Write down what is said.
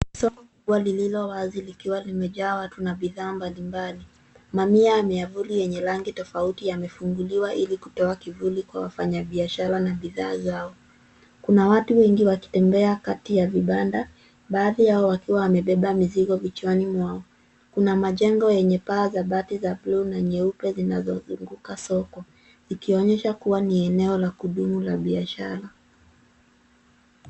Soko kubwa likiwa limejaa watu na bidhaa mbalimbali. Mamia ya miavuli yenye rangi tofauti yamefunguliwa ili kutoa kivuli Kwa wafanyabiashara na bidhaa zao. Kuna watu wengi wakitembea Kati ya vibanda, baadhi yao wakiwa wamebeba na mizigo vichwani mwao. Kuna majengo yenye paa za bati za buluu na nyeupe zinazozunguka soko. Ikionyesha kuwa ni eneo la kudumu la biashara.